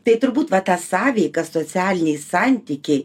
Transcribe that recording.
tai turbūt va ta sąveika socialiniai santykiai